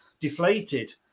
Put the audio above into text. deflated